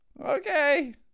Okay